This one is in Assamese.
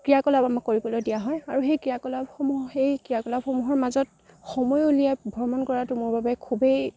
ক্ৰিয়া কলাপ আমাক কৰিবলৈ দিয়া হয় আৰু সেই ক্ৰিয়া কলাপসমূহ সেই ক্ৰিয়া কলাপসমূহৰ মাজত সময় উলিয়াই ভ্ৰমণ কৰাটো মোৰ বাবে খুবেই